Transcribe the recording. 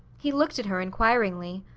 he looked at her inquiringly.